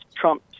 Trump